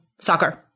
soccer